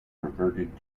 reverted